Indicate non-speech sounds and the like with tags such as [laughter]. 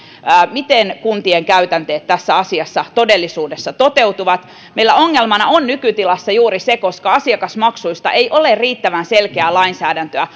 miten kuntien käytänteet tässä asiassa todellisuudessa toteutuvat meillä ongelmana on nykytilassa juuri se että asiakasmaksuista ei ole riittävän selkeää lainsäädäntöä [unintelligible]